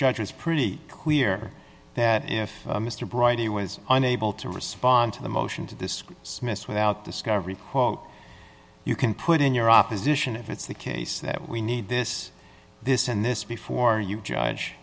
judge was pretty clear that if mr bright he was unable to respond to the motion to this smith's without discovery quote you can put in your opposition if it's the case that we need this this and this before you